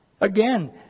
Again